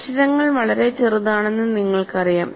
അക്ഷരങ്ങൾ വളരെ ചെറുതാണെന്ന് നിങ്ങൾക്കറിയാം